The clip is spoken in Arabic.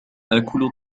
آكل